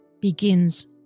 begins